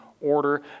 order